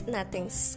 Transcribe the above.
Nothings